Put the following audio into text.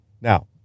Now